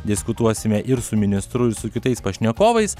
diskutuosime ir su ministru ir su kitais pašnekovais